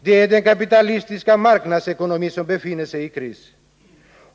Det är den kapitalistiska marknadsekonomin som befinner sig i kris.